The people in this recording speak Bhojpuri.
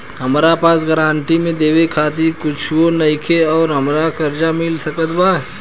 हमरा पास गारंटी मे देवे खातिर कुछूओ नईखे और हमरा कर्जा मिल सकत बा?